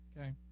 Okay